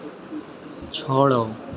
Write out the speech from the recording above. छोड़ो